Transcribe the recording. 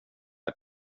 ett